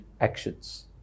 actions